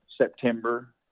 September